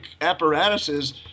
apparatuses